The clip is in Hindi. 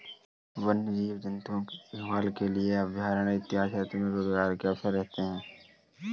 वन्य जीव जंतुओं की देखभाल के लिए अभयारण्य इत्यादि के क्षेत्र में रोजगार के अवसर रहते हैं